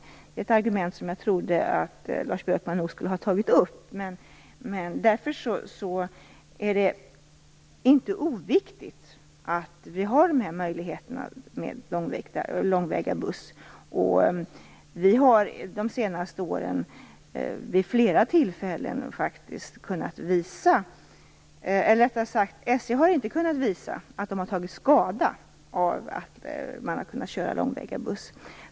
Det är ett argument som jag trodde att Lars Björkman skulle ha tagit upp. Därför är det inte oviktigt att vi har möjligheten att åka långväga buss. SJ har inte kunnat visa att SJ har tagit skada av att man har kunnat köra långväga buss.